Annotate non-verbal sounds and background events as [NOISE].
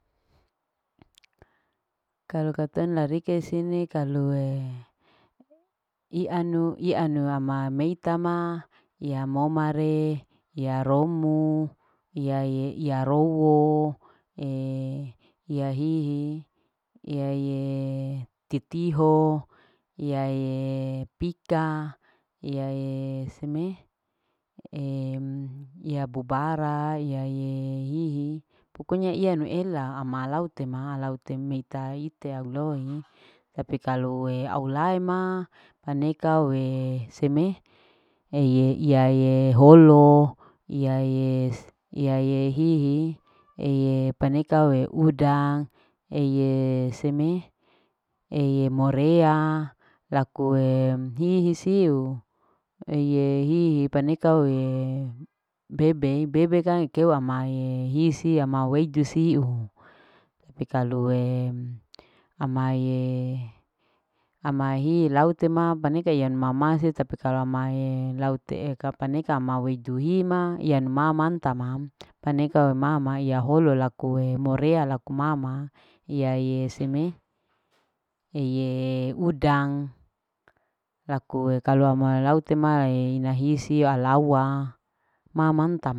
Kalu katong larike sini kalue ianu. ianu ama meita ma iya momare. iya romu iyae. iya rowo [HESITATION] iya hihi iyaeee titiho. iyeyeee pike iyayee seme [HESITATION] iya bobara iya yeeehi pokonya iya nu ela aama laute ma laute mei taute auloi tapi kalue au lauma anekae huwe seme heeye iyaye holo. iyaye [HESITATION] iyaye hihi [HESITATION] paneka auwe udang eye seme. eye morea lakuee hihi sio ayee hihi paneka owee bebeei. bebe kang keu amaee hisi. ama au wedu siu tapi kaluee ama iyee. ama hi lautema baniken iya mamasi tapi salamae laute eka paneka ama weidu hima iyanu mamanta mam panekao mama iya holo lakue morea. laku mama iyaye seme iyeee udang laku kalu ama laute ma ehina hisi alaua mamanta.